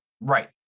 Right